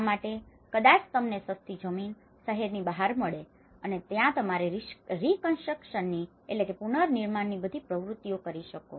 આ માટે કદાચ તમને સસ્તી જમીન શહેરની બહાર મળે અને ત્યાં તમારે રીકંસ્ટ્રકશનની reconstruction પુનનિર્માણ બધી પ્રવૃતિઓ કરી શકો